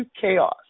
chaos